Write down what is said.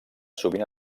sovint